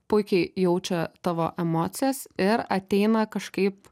puikiai jaučia tavo emocijas ir ateina kažkaip